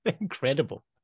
Incredible